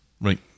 Right